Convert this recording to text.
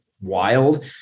wild